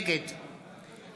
נגד